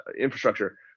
infrastructure